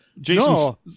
Jason